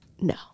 No